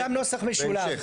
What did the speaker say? יש גם נוסח משולב.